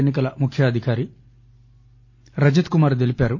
ఎన్ని కల ముఖ్య అధికారి రజత్కుమార్ తెలిపారు